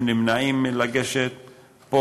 ולכן אנשים נמנעים מלגשת לשם.